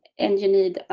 engineers,